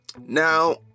Now